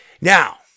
now